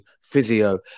physio